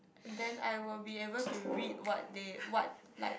then I will be able to read what they what like